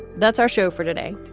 that's our show for today.